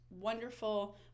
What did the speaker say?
wonderful